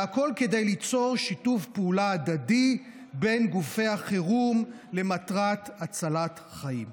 והכול כדי ליצור שיתוף פעולה הדדי בין גופי החירום למטרת הצלת חיים.